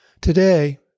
Today